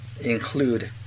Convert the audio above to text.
include